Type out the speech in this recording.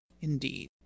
Indeed